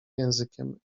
językiem